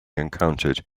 encountered